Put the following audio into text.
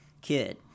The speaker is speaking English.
kid